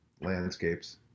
landscapes